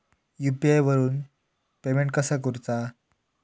UPI वरून payment कसा करूचा?